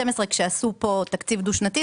כשעשו פה תקציב דו שנתי,